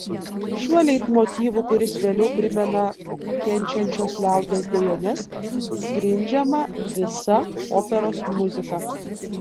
šiuo leitmotyvu kuris vėliau primena kenčiančios liaudies dejones grindžiama visa operos muzika